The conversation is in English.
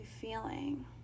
feeling